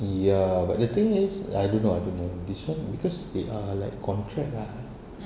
ya but the thing is I don't know I don't know this [one] because they are like contract ah